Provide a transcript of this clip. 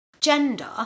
gender